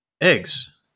eggs